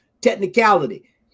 technicality